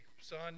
son